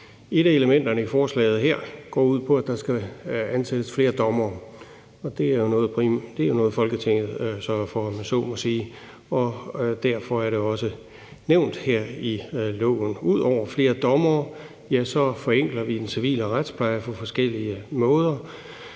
Et af elementerne i forslaget her går ud på, at der skal ansættes flere dommere. Det er noget, Folketinget sørger for, om jeg så må sige, og derfor er det også nævnt her i loven. Ud over flere dommere forenkler vi den civile retspleje på forskellige måder.